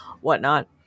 whatnot